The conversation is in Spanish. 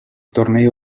torneo